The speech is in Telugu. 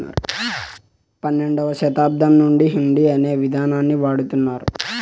పన్నెండవ శతాబ్దం నుండి హుండీ అనే ఇదానాన్ని వాడుతున్నారు